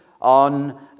on